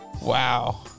Wow